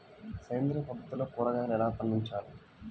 సేంద్రియ పద్ధతిలో కూరగాయలు ఎలా పండించాలి?